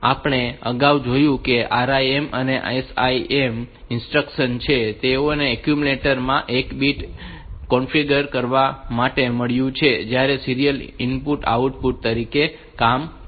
જેમ આપણે અગાઉ જોયું છે કે આ RIM અને SIM ઇન્સ્ટ્રક્શન્સ છે તેઓને એક્યુમ્યુલેટર માં એક બીટ કન્ફિગ્યુર કરવાં માટે મળ્યું હોય છે જે સીરીયલ ઇનપુટ અને આઉટપુટ તરીકે કામ કરશે